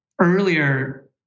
Earlier